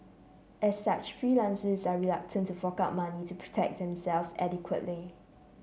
as such freelancers are reluctant to fork out money to protect themselves adequately